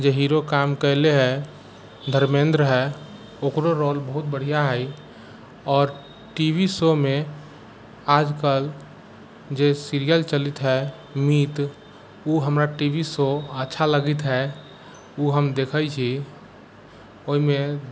जे हीरो काम कयले हइ धर्मेंद्र हइ ओकरो रोल बहुत बढ़िआँ हइ आओर टीवी शो मे आज कल जे सीरियल चलैत हइ मीत ओ हमरा टीवी शो अच्छा लगैत हइ ओ हम देखै छी ओहिमे